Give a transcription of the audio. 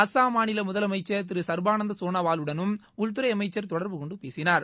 அஸ்ஸாம் மாநில முதலமைச்சர் திரு சர்பானந்தா சோனோவாலுடனும் உள்துறை அமைச்சர் தொடர்பு கொண்டு பேசினார்